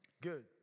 Good